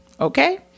Okay